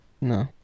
No